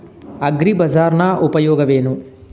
ಅಗ್ರಿಬಜಾರ್ ನ ಉಪಯೋಗವೇನು?